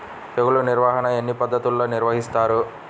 తెగులు నిర్వాహణ ఎన్ని పద్ధతుల్లో నిర్వహిస్తారు?